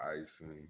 icing